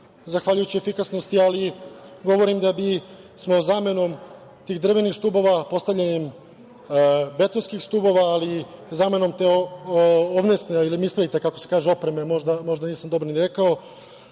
zahvaljujući efikasnosti, ali govorim da bi smo zamenom tih drvenih stubova, postavljanjem betonskih stubova ali i zamenom te „ovnesne“, da me ispravite kako se kaže, opreme, možda nisam dobro ni rekao,